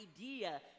idea